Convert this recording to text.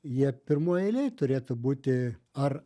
jie pirmoj eilėj turėtų būti ar